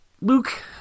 Luke